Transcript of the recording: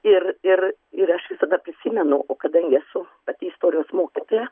ir ir ir aš visada prisimenu o kadangi esu pati istorijos mokytoja